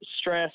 stress